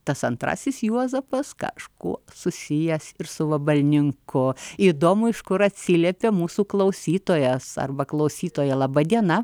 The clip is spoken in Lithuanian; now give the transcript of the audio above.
tas antrasis juozapas kažkuo susijęs ir su vabalninku įdomu iš kur atsiliepė mūsų klausytojas arba klausytoja laba diena